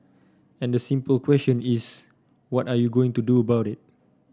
and the simple question is what are you going to do about it